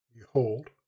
Behold